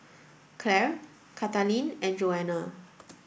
Clare Kathaleen and Joanna